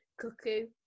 Cuckoo